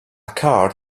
card